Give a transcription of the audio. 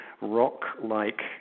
rock-like